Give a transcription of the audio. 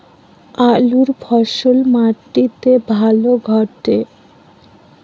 আলুর ফলন মাটি তে ভালো ঘটে?